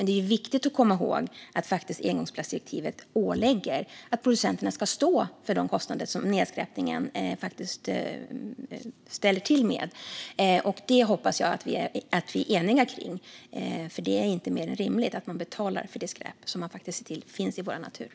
Det är viktigt att komma ihåg att engångsplastdirektivet ålägger producenterna att stå för de kostnader som nedskräpningen ställer till med. Detta hoppas jag att vi är eniga om. Det är inte mer än rimligt att man betalar för den nedskräpning i vår natur som ens produktion gett upphov till.